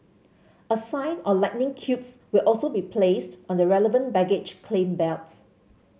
a sign or lightning cubes will also be placed on the relevant baggage claim belts